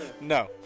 No